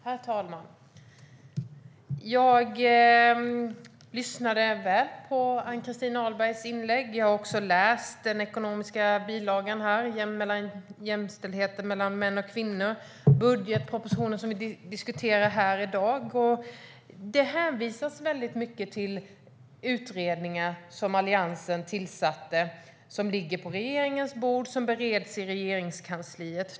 Herr talman! Jag lyssnade noga på Ann-Christin Ahlbergs inlägg. Jag har också läst den ekonomiska bilagan om jämställdheten mellan män och kvinnor och budgetpropositionen som vi diskuterar här i dag. Det hänvisas mycket till utredningar som Alliansen tillsatte, som ligger på regeringens bord och som bereds i Regeringskansliet.